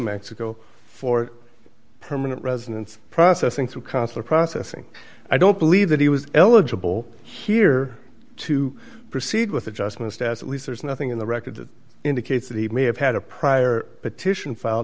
mexico for permanent residence processing through consular processing i don't believe that he was eligible here to proceed with adjustment status at least there's nothing in the record that indicates that he may have had a prior petition filed